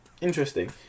interesting